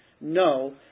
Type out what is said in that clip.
no